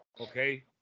Okay